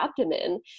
abdomen